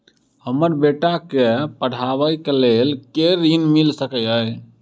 हमरा बेटा केँ पढ़ाबै केँ लेल केँ ऋण मिल सकैत अई?